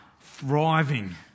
thriving